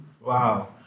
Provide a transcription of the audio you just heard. wow